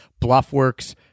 Bluffworks